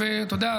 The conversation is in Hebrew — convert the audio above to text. ואתה יודע,